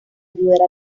ayudará